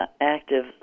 active